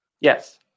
Yes